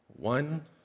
One